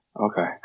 okay